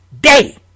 day